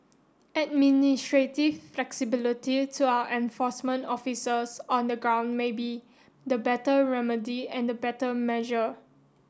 administrative flexibility to our enforcement officers on the ground may be the better remedy and the better measure